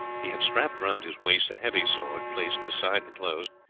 he had strapped round his waist a heavy sword placed beside the clothes,